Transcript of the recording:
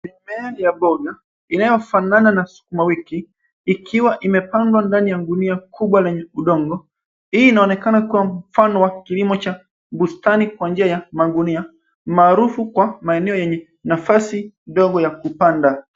Mimea ya mboga inayofanana na sukuma wiki ikiwa imepandwa ndani ya gunia kubwa lenye udongo. Hii inaonekana kuwa mfano wa kilimo cha bustani kwa njia ya magunia umaarufu kwa maeneo yenye nafasi ndogo ya kupanda.